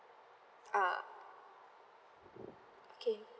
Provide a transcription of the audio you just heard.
ah okay